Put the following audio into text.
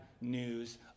news